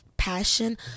passion